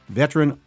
veteran